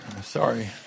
sorry